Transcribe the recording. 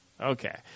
Okay